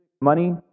money